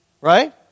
right